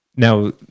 Now